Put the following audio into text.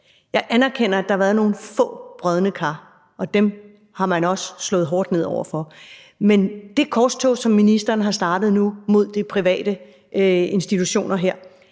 Jeg anerkender, at der har været nogle få brodne kar, og dem har man også slået hårdt ned over for. Men det korstog, som ministeren nu har startet, mod de her private institutioner,